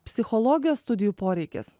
psichologijos studijų poreikis